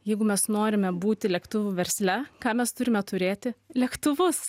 jeigu mes norime būti lėktuvų versle ką mes turime turėti lėktuvus